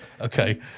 Okay